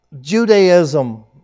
Judaism